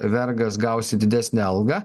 vergas gausi didesnę algą